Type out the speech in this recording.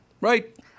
right